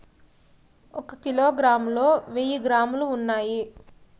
ఒక కిలోగ్రామ్ లో వెయ్యి గ్రాములు ఉన్నాయి